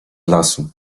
lasu